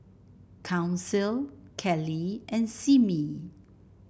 Council Keli and Simmie